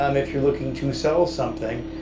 um if you're looking to sell something,